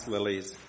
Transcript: Lilies